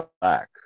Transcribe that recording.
back